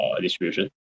distribution